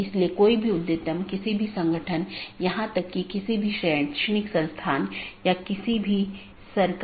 इसलिए उद्देश्य यह है कि इस प्रकार के पारगमन ट्रैफिक को कम से कम किया जा सके